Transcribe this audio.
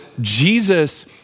Jesus